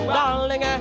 darling